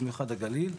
במיוחד הגליל.